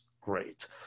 great